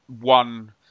one